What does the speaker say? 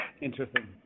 interesting